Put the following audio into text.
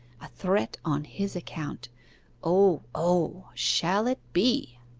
a threat on his account o, o! shall it be